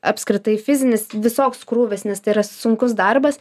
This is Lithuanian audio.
apskritai fizinis visoks krūvis nes tai yra sunkus darbas